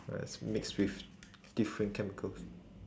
uh it's mixed with different chemicals